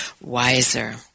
wiser